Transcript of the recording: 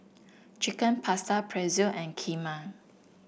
Chicken Pasta Pretzel and Kheema